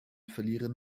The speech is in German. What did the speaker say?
verlieren